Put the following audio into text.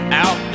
out